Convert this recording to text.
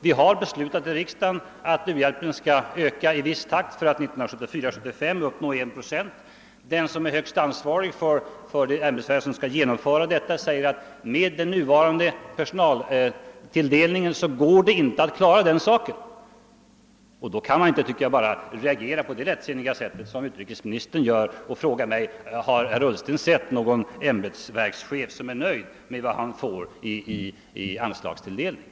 Vi har här i riksdagen beslutat att vi skall öka biståndet i viss takt för att budgetåret 1974/75 uppnå 1 procent. Den som är högste ansvarig för det ämbetsverk som skall genomföra planerna säger, att med nuvarande personaltilldelning går det inte att klara den saken. Och då menar jag, att man inte bara kan reagera på det sätt som utrikesministern gör genom att fråga mig, om jag har sett någon ämbetsverkschef som är nöjd med vad han får i anslagstilldelning.